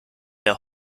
der